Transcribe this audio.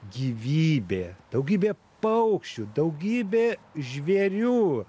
gyvybė daugybė paukščių daugybė žvėrių